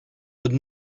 would